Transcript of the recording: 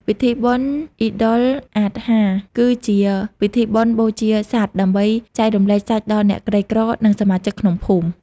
ពិធីបុណ្យ "អ៊ីដុលអាដហា" (Eid al-Adha) គឺជាពិធីបុណ្យបូជាសត្វ ដើម្បីចែករំលែកសាច់ដល់អ្នកក្រីក្រ និងសមាជិកក្នុងភូមិ។